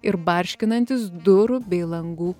ir barškinantis durų bei langų